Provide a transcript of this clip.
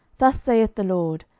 thus saith the lord,